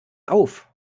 auf